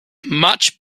much